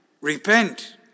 Repent